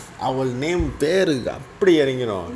அவள்:aval name பேரு அப்படியே இறங்கனும்:peru appadiye iranganum you know